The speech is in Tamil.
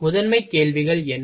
முதன்மை கேள்விகள் என்ன